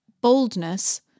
Boldness